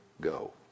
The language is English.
go